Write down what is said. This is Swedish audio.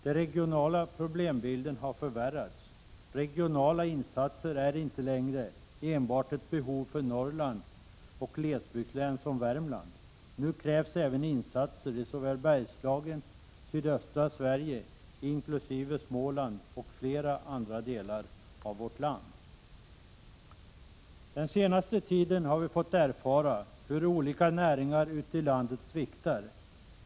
Den regionala problembilden har förvärrats, regionala insatser är inte längre ett behov enbart för Norrland och glesbygdslän som Värmland. Nu krävs även insatser i såväl Bergslagen som sydöstra Sverige inkl. Småland och flera andra delar av vårt land. Den senaste tiden har vi fått erfara hur olika näringar ute i landet sviktar.